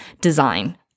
design